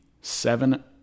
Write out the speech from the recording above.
seven